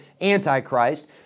Antichrist